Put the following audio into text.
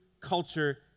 culture